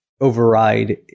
override